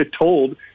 told